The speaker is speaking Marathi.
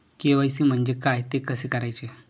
के.वाय.सी म्हणजे काय? ते कसे करायचे?